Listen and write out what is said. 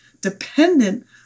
dependent